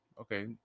okay